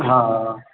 ହଁ ହଁ